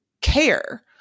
care